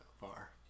far